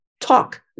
talk